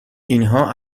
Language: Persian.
اینها